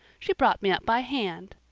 she brought me up by hand.